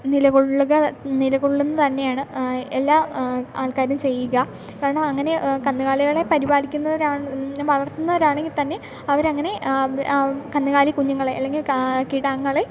നിലകൊള്ളുക നിലകൊള്ളുന്നത് തന്നെയാണ് എല്ലാ ആൾക്കാരും ചെയ്യുക കാരണം അങ്ങനെ കന്നുകാലികളെ പരിപാലിക്കുന്നവരാണ് വളർത്തുന്നവരാണെങ്കിൽ തന്നെ അവരങ്ങനെ കന്നുകാലി കുഞ്ഞുങ്ങളെ അല്ലെങ്കിൽ കിടാങ്ങളെ